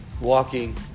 walking